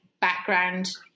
background